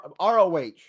ROH